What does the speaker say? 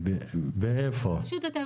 ברשות הטבע